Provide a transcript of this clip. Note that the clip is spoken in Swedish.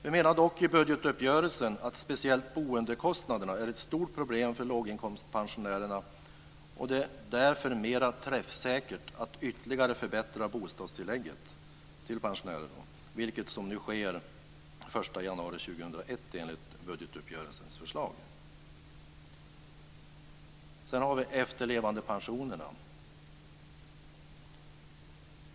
Vi menar dock i budgetuppgörelsen att speciellt boendekostnaderna är ett stort problem för låginkomstpensionärerna, och därför är det mera träffsäkert att ytterligare förbättra bostadstillägget till pensionärer, vilket nu också sker från den 1 januari 2001 enligt budgetuppgörelsens förslag. Sedan har vi efterlevandepensionerna.